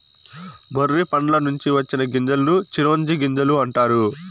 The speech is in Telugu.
మొర్రి పండ్ల నుంచి వచ్చిన గింజలను చిరోంజి గింజలు అంటారు